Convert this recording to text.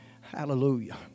Hallelujah